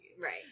Right